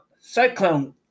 cyclone